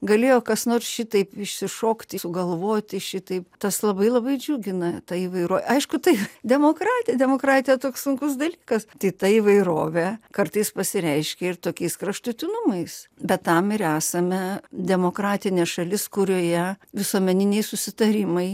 galėjo kas nors šitaip išsišokti sugalvoti šitaip tas labai labai džiugina ta įvairovė aišku tai demokratija demokratija toks sunkus dalykas tai ta įvairovė kartais pasireiškia ir tokiais kraštutinumais bet tam ir esame demokratinė šalis kurioje visuomeniniai susitarimai